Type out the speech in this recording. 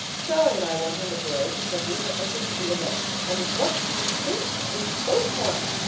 sallie and i weren't in the parade because we were entered for the events. and what do you think? we both won!